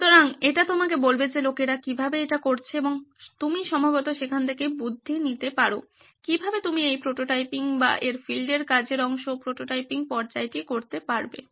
সুতরাং এটি তোমাকে বলবে যে লোকেরা কীভাবে এটি করেছে এবং তুমি সম্ভবত সেখান থেকে বুদ্ধি নিতে পারো কিভাবে তুমি এই প্রোটোটাইপিং বা এর ফিল্ডের কাজের অংশ প্রোটোটাইপিং পর্যায়টি করতে পারেন